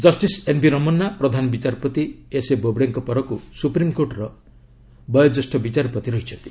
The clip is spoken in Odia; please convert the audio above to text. ଜଷ୍ଟିସ୍ ଏନ୍ଭି ରମନା ପ୍ରଧାନ ବିଚାରପତି ଏସ୍ଏ ବୋବଡେଙ୍କ ପରକ୍ ସୁପ୍ରିମକୋର୍ଟର ବୟୋଜ୍ୟେଷ୍ଠ ବିଚାରପତି ରହିଛନ୍ତି